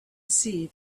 see